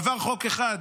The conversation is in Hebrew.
עבר חוק אחד